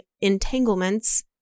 entanglements